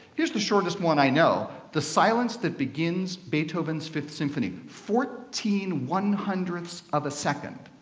here is the shortest one i know the silence that begins beethoven's fifth symphony fourteen one hundred of a second.